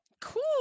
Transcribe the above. Cool